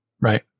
Right